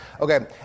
okay